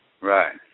Right